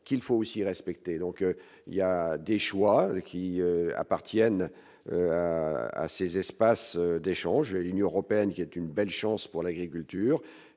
qu'il faut aussi respecter, donc il y a des choix qui appartiennent à ces espaces d'échange à l'Union européenne, qui est une belle chance pour l'agriculture,